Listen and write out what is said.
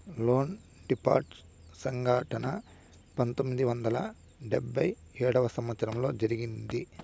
loan default సంఘటన పంతొమ్మిది వందల డెబ్భై ఏడవ సంవచ్చరంలో జరిగింది